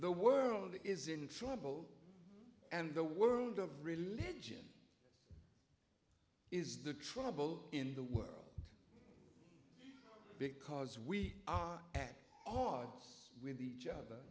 the world is in trouble and the world of religion is the trouble in the world because we are at odds with each other